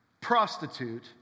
prostitute